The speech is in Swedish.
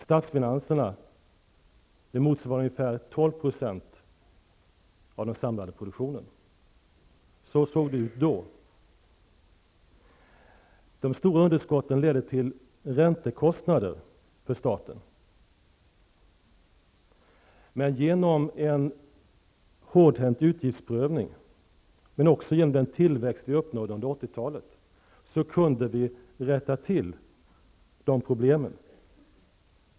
Statsfinanserna motsvarade ungefär 12 % av den samlade produktionen. Så såg det ut då. De stora underskotten ledde till räntekostnader för staten. Men genom en hårdhänt utgiftsprövning och också genom den tillväxt som vi uppnådde under 80-talet kunde vi komma till rätta med de problemen.